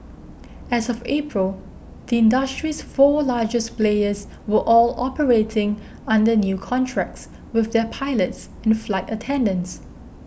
as of April the industry's four largest players were all operating under new contracts with their pilots and flight attendants